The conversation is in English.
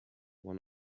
one